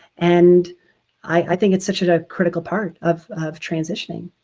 and i think it's such a critical part of of transitioning.